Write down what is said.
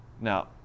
Now